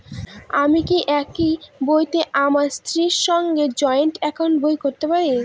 আমি কি একই বইতে আমার স্ত্রীর সঙ্গে জয়েন্ট একাউন্ট করতে পারি?